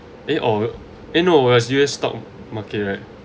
eh or eh no it was U_S stock market right